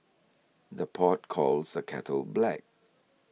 the pot calls the kettle black